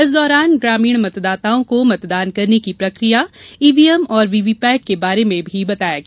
इस दौरान ग्रामीण मतदाताओं को मतदान करने प्रक्रिया ईव्हीएम और वीवीपैट के बारे में बताया गया